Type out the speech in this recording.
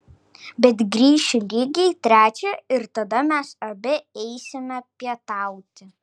bet grįšiu lygiai trečią ir tada mes abi eisime pietauti